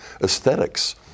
aesthetics